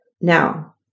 Now